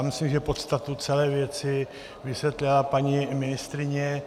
Myslím, že podstatu celé věci vysvětlila paní ministryně.